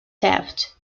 theft